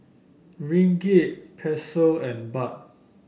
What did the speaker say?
Ringgit Peso and Baht